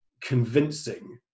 convincing